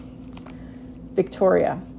Victoria